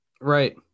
Right